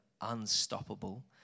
unstoppable